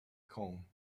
cone